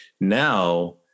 now